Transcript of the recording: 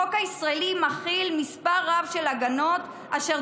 החוק הישראלי מחיל מספר רב של הגנות אשר